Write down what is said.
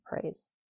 praise